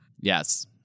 Yes